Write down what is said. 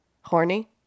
horny